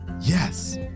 Yes